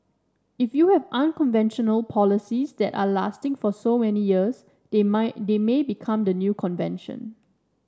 if you have unconventional policies that are lasting for so many years they might they may become the new convention